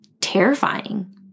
terrifying